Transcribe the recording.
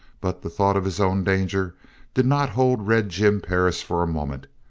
but the thought of his own danger did not hold red jim perris for a moment.